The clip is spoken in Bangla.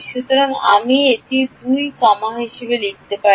সুতরাং আমি এটি 2 কমা হিসাবে লিখতে পারি